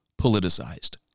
politicized